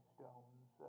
Stones